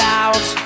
out